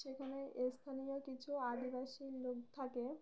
সেখানে স্থানীয় কিছু আদিবাসীর লোক থাকে